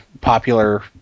popular